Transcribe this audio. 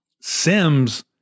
Sims